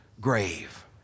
grave